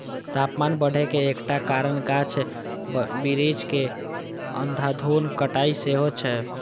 तापमान बढ़े के एकटा कारण गाछ बिरिछ के अंधाधुंध कटाइ सेहो छै